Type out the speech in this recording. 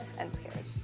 and scared.